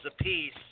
apiece